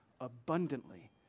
Abundantly